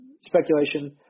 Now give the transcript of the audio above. speculation